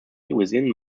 within